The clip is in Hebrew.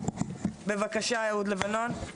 אהוד לבנון, בבקשה.